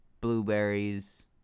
blueberries